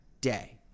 day